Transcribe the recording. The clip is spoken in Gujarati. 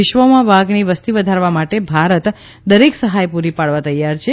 વિશ્વમાં વાઘની વસ્તી વધારવા માટે ભારત દરેક સહાય પૂરી પાડવા તૈયાર છે